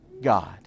God